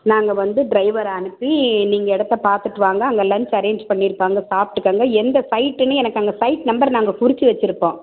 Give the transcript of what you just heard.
நாங்கள் வந்து ட்ரைவரை அனுப்பி நீங்கள் இடத்த பார்த்துட்டு வாங்க அங்கே லஞ்ச் அரேஞ்ச் பண்ணியிருப்பாங்க சாப்பிட்டுக்கோங்க எந்த சைட்டுன்னு எனக்கு அங்கே சைட் நம்பர் நாங்கள் குறிச்சு வச்சுருப்போம்